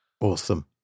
Awesome